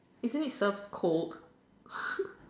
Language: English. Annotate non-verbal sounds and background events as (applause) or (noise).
isn't it served cold (noise)